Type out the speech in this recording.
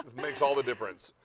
makes all of the difference,